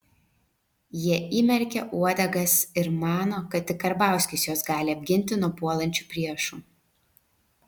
jie įmerkė uodegas ir mano kad tik karbauskis juos gali apginti nuo puolančių priešų